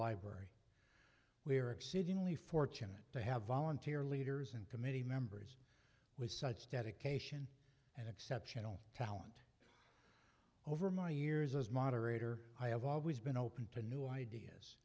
library we are exceedingly fortunate to have volunteer leaders and committee members with such dedication and exceptional talent over my years as moderator i have always been open to new ideas